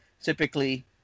typically